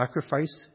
sacrifice